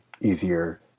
easier